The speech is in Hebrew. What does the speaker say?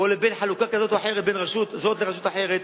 או בין חלוקה כזאת או אחרת בין רשות זאת לרשות אחרת,